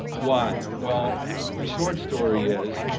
why? well, the short story is,